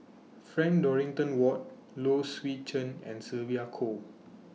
Frank Dorrington Ward Low Swee Chen and Sylvia Kho